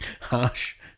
hush